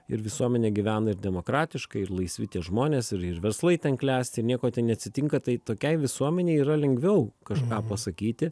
ir visuomenė gyvena ir demokratiškai ir laisvi žmonės ir ir verslai ten klestiir nieko neatsitinka tai tokiai visuomenei yra lengviau kažką pasakyti